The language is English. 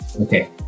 Okay